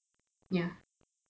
ya